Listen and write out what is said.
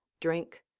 drink